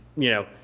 you know,